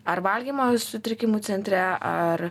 ar valgymo sutrikimų centre ar